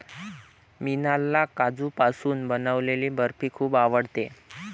मीनाला काजूपासून बनवलेली बर्फी खूप आवडते